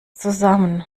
zusammen